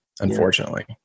Unfortunately